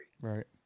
right